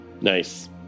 Nice